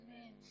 amen